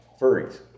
Furries